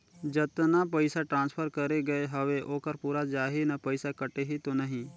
जतना पइसा ट्रांसफर करे गये हवे ओकर पूरा जाही न पइसा कटही तो नहीं?